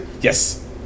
Yes